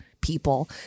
people